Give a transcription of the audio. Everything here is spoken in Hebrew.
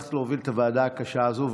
הצלחת להוביל את הוועדה הקשה הזו.